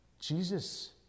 jesus